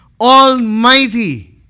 Almighty